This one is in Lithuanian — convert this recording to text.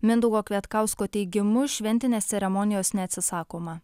mindaugo kvietkausko teigimu šventinės ceremonijos neatsisakoma